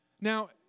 Now